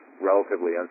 relatively